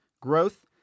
growth